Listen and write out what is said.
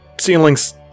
ceilings